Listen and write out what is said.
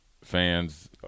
fans